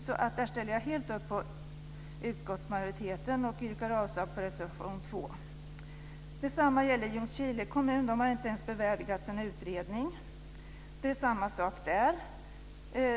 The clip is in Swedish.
Där ställer jag helt upp på utskottsmajoritetens förslag och yrkar avslag på reservation 2. Detsamma gäller Ljungskile kommun. Den har inte ens bevärdigats en utredning. Det är samma sak där.